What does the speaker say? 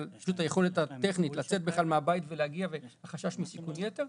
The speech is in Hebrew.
אלא על היכולת הטכנית לצאת בכלל מהבית ולהגיע והחשש מסיכון יתר.